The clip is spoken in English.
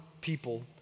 people